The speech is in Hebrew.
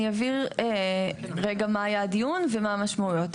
אני אבהיר רגע מה היה הדיון ומה המשמעויות,